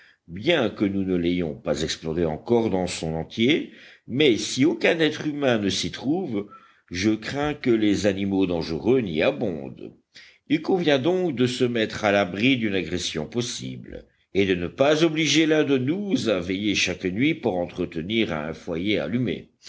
bien que nous ne l'ayons pas explorée encore dans son entier mais si aucun être humain ne s'y trouve je crains que les animaux dangereux n'y abondent il convient donc de se mettre à l'abri d'une agression possible et de ne pas obliger l'un de nous à veiller chaque nuit pour entretenir un foyer allumé